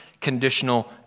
conditional